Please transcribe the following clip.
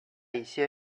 一些